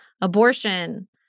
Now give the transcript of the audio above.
Abortion